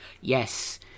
Yes